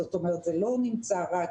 זאת אומרת שזה לא נמצא רק,